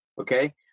okay